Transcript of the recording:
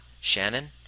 Shannon